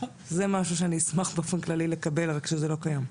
זה משהו שאשמח לקבל באופן כללי רק זה לא קיים.